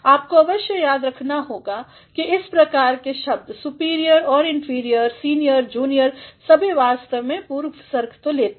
आपको आवश्य याद रखना होगा कि इस प्रकार के शब्द सुपीरियर और इन्फीरियर सीनियर जूनियर सभी वास्तव में पूर्वसर्ग toलेते हैं